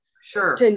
Sure